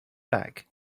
back